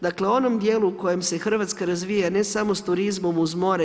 Dakle u onom dijelu u kojem se Hrvatska razvija, ne samo s turizmom uz more.